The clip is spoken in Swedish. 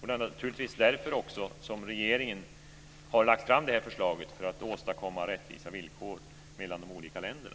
Det är naturligtvis också därför som regeringen har lagt fram det här förslaget, för att åstadkomma rättvisa villkor mellan de olika länderna.